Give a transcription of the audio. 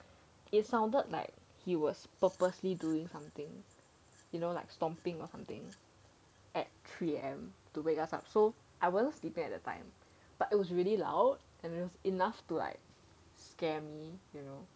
it sounded like he was purposely doing something you know like stomping or something at three A_M to wake us up so I wasn't sleep at the time but it was really loud enough to like scare me you know